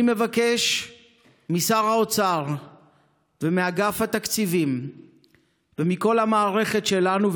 אני מבקש משר האוצר ומאגף התקציבים ומכל המערכת שלנו,